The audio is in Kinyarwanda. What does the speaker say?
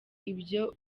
ibyo